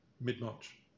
mid-march